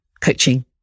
coaching